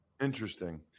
Interesting